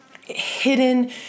hidden